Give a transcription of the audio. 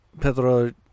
Pedro